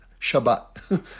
Shabbat